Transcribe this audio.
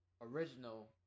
original